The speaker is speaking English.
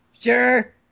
Sure